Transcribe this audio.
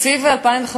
תקציב 2015,